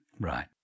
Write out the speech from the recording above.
Right